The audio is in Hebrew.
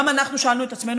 גם אנחנו שאלנו את עצמנו,